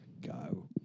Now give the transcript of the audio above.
go